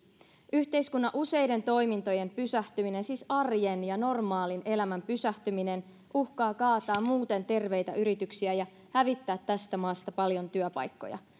yhteiskunnan useiden toimintojen pysähtyminen siis arjen ja normaalin elämän pysähtyminen uhkaa kaataa muuten terveitä yrityksiä ja hävittää tästä maasta paljon työpaikkoja